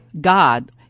God